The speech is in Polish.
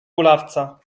kulawca